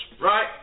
right